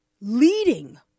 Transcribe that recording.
leading